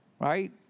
right